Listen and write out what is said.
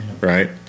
right